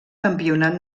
campionat